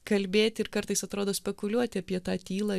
kalbėt ir kartais atrodo spekuliuot apie tą tylą